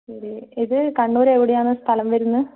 ശരി ഇത് കണ്ണൂർ എവിടെയാണ് സ്ഥലം വരുന്നത്